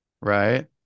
right